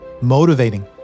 motivating